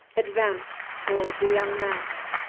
advanced toward the young man.